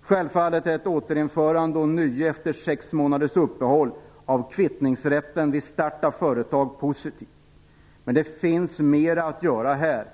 Självfallet är ett införande ånyo efter sex månaders uppehåll av kvittningsrätten vid start av företag positivt. Men det finns mer att göra här.